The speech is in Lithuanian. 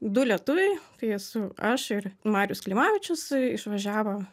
du lietuviai tai esu aš ir marius klimavičius išvažiavo